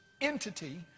entity